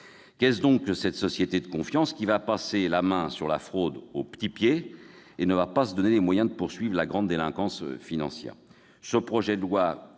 Qu'est-ce donc que cette société de confiance qui va passer la main sur la fraude au petit pied et ne va pas se donner les moyens de poursuivre la grande délinquance financière ?